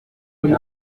gihe